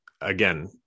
again